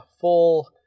full